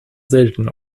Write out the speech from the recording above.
selten